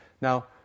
Now